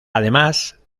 además